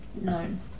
known